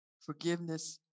forgiveness